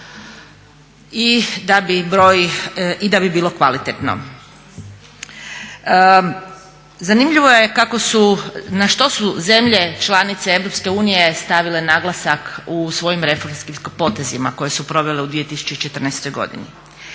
i da bi bilo kvalitetno. Zanimljivo je kako su, na što su zemlje članice EU stavile naglasak u svojim reformskim potezima koje su provele u 2014.godini.